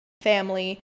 family